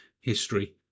history